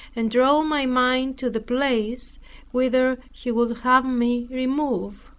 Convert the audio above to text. and draw my mind to the place whither he would have me remove.